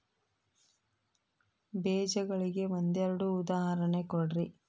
ಬೇಜಗಳಿಗೆ ಒಂದೆರಡು ಉದಾಹರಣೆ ಕೊಡ್ರಿ?